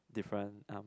different um